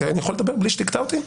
אני יכול לדבר בלי שתקטע אותי?